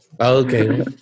Okay